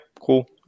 cool